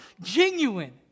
Genuine